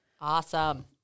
Awesome